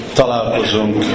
találkozunk